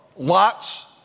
Lots